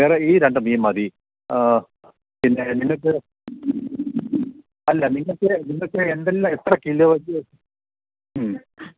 വേറെ ഈ രണ്ടു മീന് മതി പിന്നെ നിങ്ങള്ക്ക് അല്ല നിങ്ങള്ക്ക് നിങ്ങള്ക്ക് എന്തെല്ലാം എത്ര കിലോ ഉം